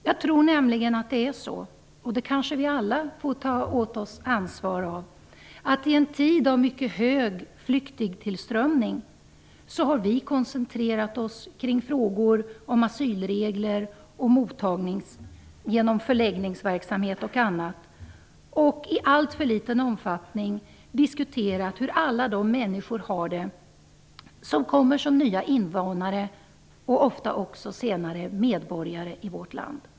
Jag tror nämligen - och det får vi kanske alla ta ett ansvar för - att vi, i en tid av en mycket stor flyktingtillströmning, har koncentrerat oss på frågor om asylregler och mottagning genom förläggningsverksamhet osv. och i alltför liten omfattning diskuterat hur alla de människor har det som kommer hit som nya invånare och som ofta senare blir medborgare i vårt land.